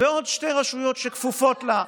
ועוד שתי רשויות שכפופות לה: